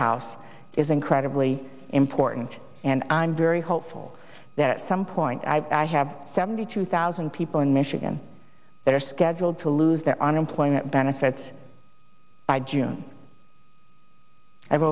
house is incredibly important and i'm very hopeful that some point i have seventy two thousand people in michigan that are scheduled to lose their unemployment benefits by june